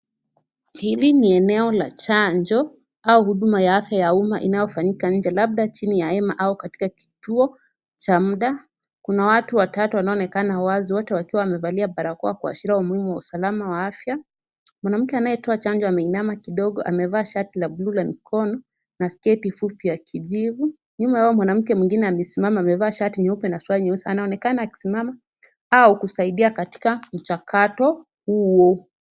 Hili ni eneo la chanjo au huduma ya afya ya umma inayofanyika nje labda chini ya hema au katika kituo cha muda. Kuna watu watatu wanaoonekana wazi wote wakiwa wamevalia barakoa kuashiria umuhimu wa usalama wa afya. Mwanamke anayetoa chanjo ameinama kidogo. Amevaa shati la blue la mikono na sketi fupi ya kijivu. Nyuma ya huyo mwanamke mwingine amesimama. Amevaa shati nyeupe na suruali nyeusi. Anaonekana akisimama au kusaidia katika mchakato huu.